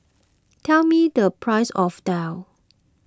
tell me the price of Daal